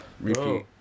repeat